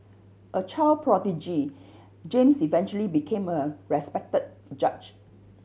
a child prodigy James eventually became a respected judge